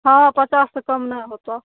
हाँ पचास से कम नहि होएतहुँ